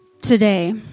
today